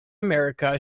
america